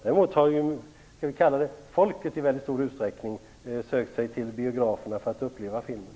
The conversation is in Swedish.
Däremot har "folket" i mycket stor utsträckning sökt sig till biograferna för att uppleva filmen.